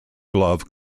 glove